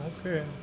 Okay